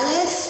א',